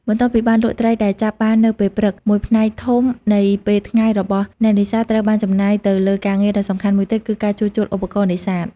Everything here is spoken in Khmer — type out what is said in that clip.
បន្ទាប់ពីបានលក់ត្រីដែលចាប់បាននៅពេលព្រឹក មួយផ្នែកធំនៃពេលថ្ងៃរបស់អ្នកនេសាទត្រូវបានចំណាយទៅលើការងារដ៏សំខាន់មួយទៀត គឺការជួសជុលឧបករណ៍នេសាទ។